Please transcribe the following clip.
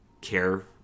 care